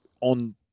on